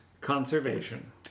conservation